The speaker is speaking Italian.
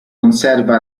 conserva